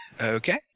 okay